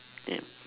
ya